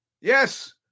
Yes